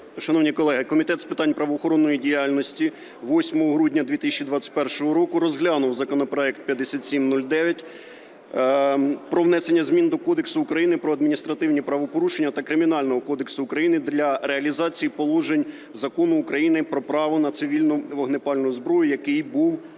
Шановні колеги, Комітет з питань правоохоронної діяльності 8 грудня 2021 року розглянув законопроект 5709 про внесення змін до Кодексу України про адміністративні правопорушення та Кримінального кодексу України для реалізації положень Закону України "Про право на цивільну вогнепальну зброю".